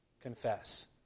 Confess